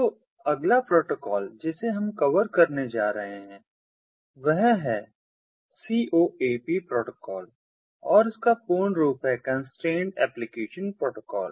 तो अगला प्रोटोकॉल जिसे हम कवर करने जा रहे हैं वह है C O A P protocol और इसका पूर्ण रूप है कन्स्ट्रैन्ड एप्लीकेशन प्रोटोकॉल